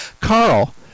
Carl